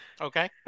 Okay